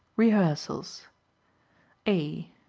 rehearsals a.